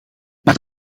maar